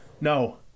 No